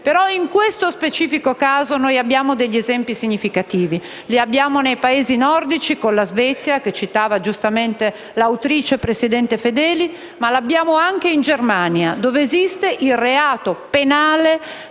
Ma in questo specifico caso abbiamo degli esempi significativi: li abbiamo nei Paesi nordici, come la Svezia, che citava giustamente la vice presidente Fedeli, ma li abbiamo anche in Germania, dove esiste il reato penale